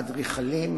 אדריכלים,